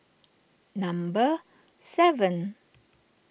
number seven